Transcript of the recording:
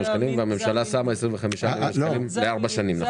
והממשלה שמה 25 מיליון שקלים לארבע שנים.